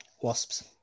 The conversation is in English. Wasps